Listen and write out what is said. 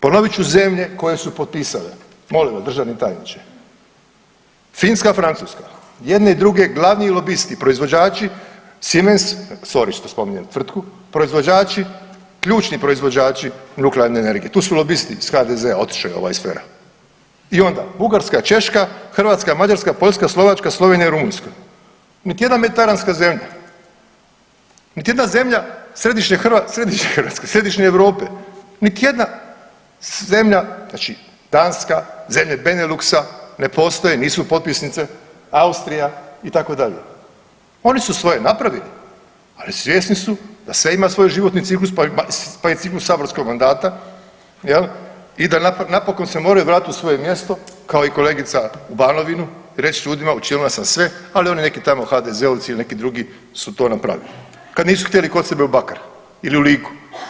Ponovit ću zemlje koje su potpisale, molim vas državni tajniče, Finska, Francuska jedne i druge glavni lobisti proizvođači Simens sory što spominjem tvrtku, proizvođači ključni proizvođači nuklearne energije, tu su lobisti iz HDZ-a otišao je ovaj s FER-a i onda Bugarska, Češka, Hrvatska, Mađarska, Poljska, Slovačka, Slovenija i Rumunjska niti jedna mediteranska zemlja, niti jedna zemlja Središnje Europe, niti jedna zemlja znači Danska, zemlje Beneluxa ne postoje nisu potpisnica, Austrija itd. oni su svoje napravili, ali svjesni su da sve ima svoj životni ciklus pa i ciklus saborskog mandata jel i da napokon se moraju vratiti u svoje mjesto kao i kolegica u Banovinu i reći ljudima učinila sam sve, ali oni neki tamo HDZ-ovci ili neki drugi su to napravili kad nisu htjeli kod sebe u Bakar ili u Liku.